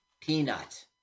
Peanut